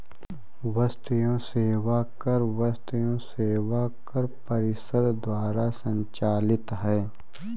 वस्तु एवं सेवा कर वस्तु एवं सेवा कर परिषद द्वारा संचालित है